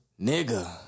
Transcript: Nigga